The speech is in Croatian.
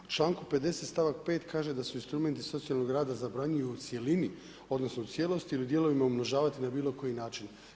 U članku 50., stavak 5. kaže da su instrumenti socijalnog rada zabranjuju u cjelini, odnosno u cijelosti ili dijelovima umnožavati na bilo koji način.